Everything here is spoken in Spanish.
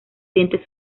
dientes